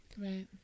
Right